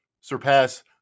surpass